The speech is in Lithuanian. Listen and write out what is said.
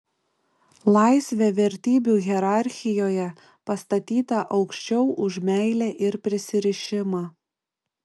laisvė vertybių hierarchijoje pastatyta aukščiau už meilę ir prisirišimą